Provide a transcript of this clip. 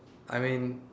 I mean